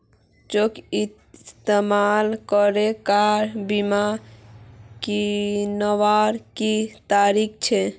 Cheque इस्तेमाल करे car बीमा कीन्वार की तरीका छे?